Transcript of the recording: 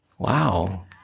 Wow